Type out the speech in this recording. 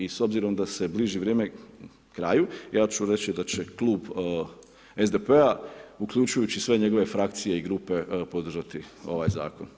I s obzirom da se bliži vrijeme kraju, ja ću reći da će Klub SDP-a uključujući i sve njegove frakcije i grupe podržati ovaj zakon.